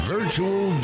Virtual